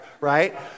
right